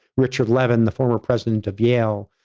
richard levin, the former president of yale,